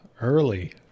Early